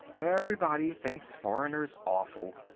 everybody thinks foreigners awful.